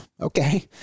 okay